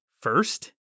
first